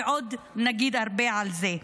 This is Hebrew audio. ועוד נגיד הרבה על זה.